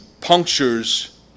punctures